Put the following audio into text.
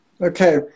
Okay